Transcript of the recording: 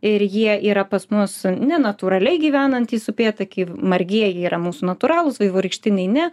ir jie yra pas mus nenatūraliai gyvenantys upėtakiai margieji yra mūsų natūralūs vaivorykštiniai ne